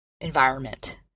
environment